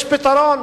יש פתרון,